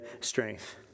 strength